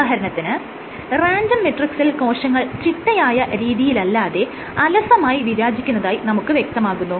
ഉദാഹരണത്തിന് റാൻഡം മെട്രിക്സിൽ കോശങ്ങൾ ചിട്ടയായ രീതിയിലല്ലാതെ അലസമായി വിരാചിക്കുന്നതായി നമുക്ക് വ്യക്തമാകുന്നു